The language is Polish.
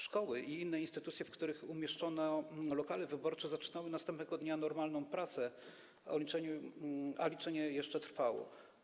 Szkoły i inne instytucje, w których umieszczono lokale wyborcze, zaczynały następnego dnia normalną pracę, a liczenie jeszcze trwało.